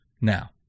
Now